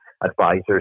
advisors